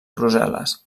brussel·les